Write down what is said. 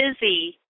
busy